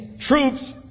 troops